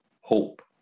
hope